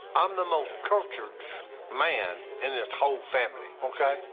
i'm the most cultured man in this whole family, okay.